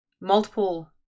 multiple